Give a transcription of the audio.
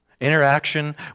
Interaction